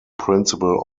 principal